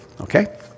okay